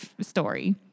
story